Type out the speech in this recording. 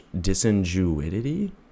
disingenuity